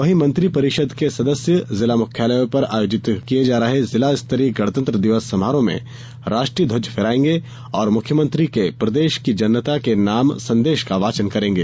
वहीं मंत्रिपरिषद के सदस्य जिला मुख्यालयों पर आयोजित किये जा रहे जिला स्तरीय गणतंत्र दिवस समारोह में राष्ट्रीय ध्वज फहरायेंगे और मुख्यमंत्री के प्रदेश की जनता के नाम संदेश का वाचन करेंगे